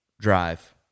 drive